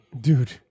Dude